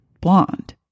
blonde